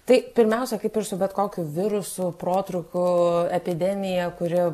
tai pirmiausia kaip ir su bet kokiu virusu protrūkiu epidemija kuri